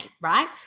right